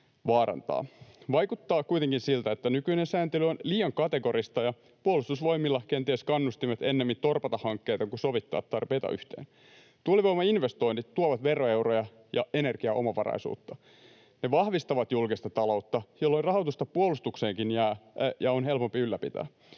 vaarantaa. Vaikuttaa kuitenkin siltä, että nykyinen sääntely on liian kategorista ja Puolustusvoimilla kenties kannustimet ennemmin torpata hankkeita kuin sovittaa tarpeita yhteen. Tuulivoimainvestoinnit tuovat veroeuroja ja energiaomavaraisuutta. Ne vahvistavat julkista taloutta, jolloin rahoitusta puolustukseenkin on helpompi ylläpitää.